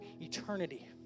eternity